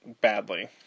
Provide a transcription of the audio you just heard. badly